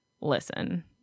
listen